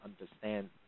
Understand